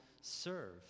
serve